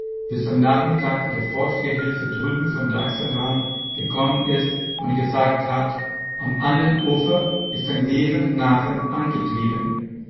bis am nachmittag der forstgehilfe drüben von daxenrain gekommen ist und gesagt hat am andern ufer ist ein leerer nachen angetrieben